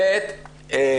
שנית,